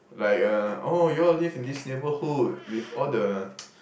like uh oh you all live in this neighbourhood with all the